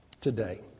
today